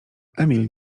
emil